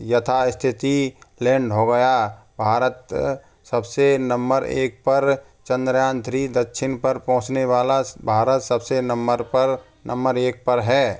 यथास्थित land हो गया भारत सबसे नंबर एक पर चंद्रयान थ्री दक्षिण पर पहुंचने वाला भारत सबसे नंबर पर नंबर एक पर है